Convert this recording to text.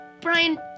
Brian